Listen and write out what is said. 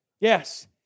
Yes